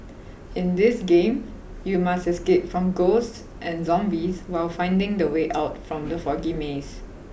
in this game you must escape from ghosts and zombies while finding the way out from the foggy maze